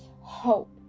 hope